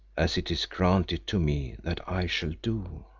as it is granted to me that i shall do.